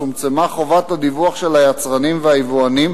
צומצמה חובת הדיווח של היצרנים והיבואנים